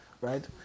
right